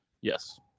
Yes